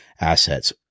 assets